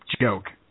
joke